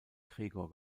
gregor